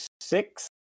six